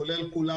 כולל כולם.